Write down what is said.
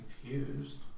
confused